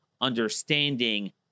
understanding